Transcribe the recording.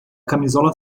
camisola